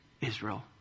Israel